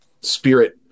spirit